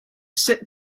sit